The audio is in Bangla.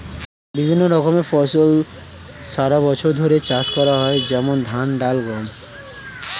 বিভিন্ন রকমের ফসল সারা বছর ধরে চাষ করা হয়, যেমন ধান, ডাল, গম